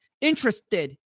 interested